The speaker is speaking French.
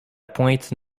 pointe